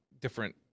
different